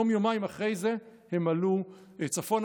יום-יומיים אחרי זה הם עלו צפונה,